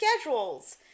schedules